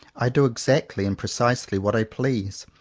i do exactly and precisely what i please,